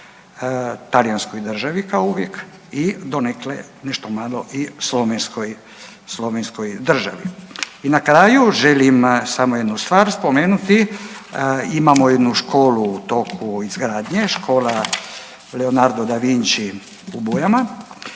Talijanskoj državi kao uvijek i donekle nešto malo slovenskoj, Slovenskoj državi. I na kraju želim samo jednu stvar spomenuti imamo jednu školu u toku izgradnje, škola Leonardo da Vinci u Bujama.